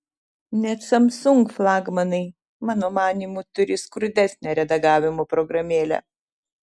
net samsung flagmanai mano manymu turi skurdesnę redagavimo programėlę